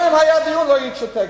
גם אם היה דיון, לא היית שותקת.